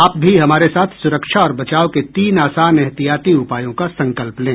आप भी हमारे साथ सुरक्षा और बचाव के तीन आसान एहतियाती उपायों का संकल्प लें